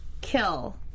kill